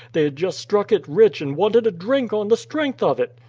they had just struck it rich, and wanted a drink on the strength of it.